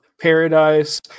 paradise